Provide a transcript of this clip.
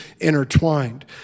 intertwined